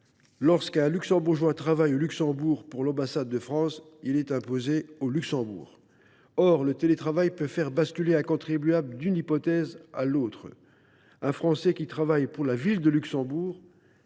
Lorsqu’un Luxembourgeois travaille au Luxembourg pour l’ambassade de France, il est imposé au Luxembourg. Or le télétravail peut faire basculer un contribuable d’une hypothèse à l’autre. Un Français qui travaille pour la ville de Luxembourg